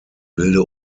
wilde